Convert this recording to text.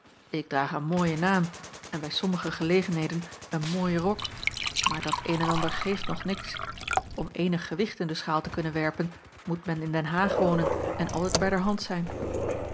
ik draag een mooien naam en bij sommige gelegenheden een mooien rok maar dat een en ander geeft nog niets om eenig gewicht in de schaal te kunnen werpen moet men in den haag wonen en altijd bij der hand zijn